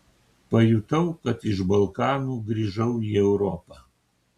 pajutau kad iš balkanų grįžau į europą